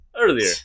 Earlier